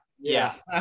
Yes